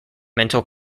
mental